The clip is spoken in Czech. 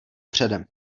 předem